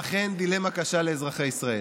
אכן, דילמה קשה לאזרחי ישראל: